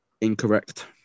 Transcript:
Incorrect